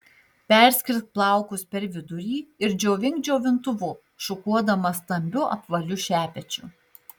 perskirk plaukus per vidurį ir džiovink džiovintuvu šukuodama stambiu apvaliu šepečiu